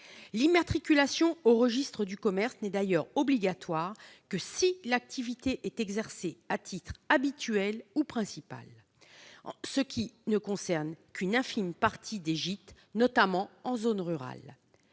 L'immatriculation au registre du commerce n'est d'ailleurs obligatoire que si l'activité est exercée à titre « habituel ou principal », ce qui ne concerne qu'une infime partie des gîtes, notamment en zone rurale.